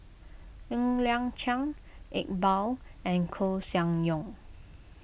Ng Liang Chiang Iqbal and Koeh Sia Yong